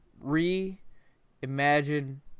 re-imagine